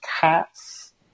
cats